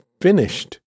finished